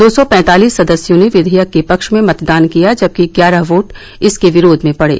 दो सौ पैंतालिस सदस्यों ने विधेयक के पक्ष में मतदान किया जबकि ग्यारह वोट इसके विरोध में पड़े